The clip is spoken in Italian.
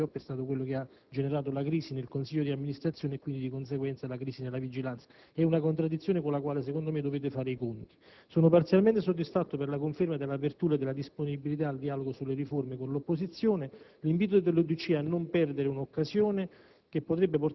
del ministro Padoa-Schioppa ha generato la crisi nel consiglio d'amministrazione e, di conseguenza, in Commissione di vigilanza. È una contraddizione con la quale, a mio avviso, dovete fare i conti. Sono parzialmente soddisfatto per la conferma dell'apertura e della disponibilità al dialogo sulle riforme con l'opposizione. L'invito dell'UDC è a non perdere un'occasione,